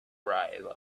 arrival